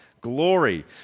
glory